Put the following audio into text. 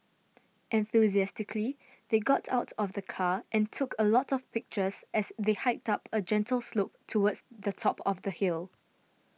enthusiastically they got out of the car and took a lot of pictures as they hiked up a gentle slope towards the top of the hill